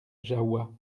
jahoua